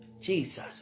Jesus